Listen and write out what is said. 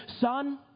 son